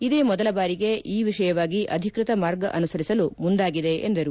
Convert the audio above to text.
ಇದೇ ಮೊದಲ ಬಾರಿಗೆ ಈ ವಿಷಯವಾಗಿ ಅಧಿಕೃತ ಮಾರ್ಗ ಅನುಸರಿಸಲು ಮುಂದಾಗಿಸದೆ ಎಂದರು